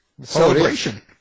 Celebration